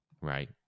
Right